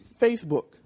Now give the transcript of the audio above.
Facebook